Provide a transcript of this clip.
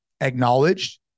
acknowledged